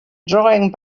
drawing